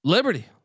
Liberty